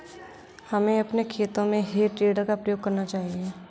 हमें अपने खेतों में हे टेडर का प्रयोग करना चाहिए